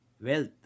wealth